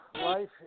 life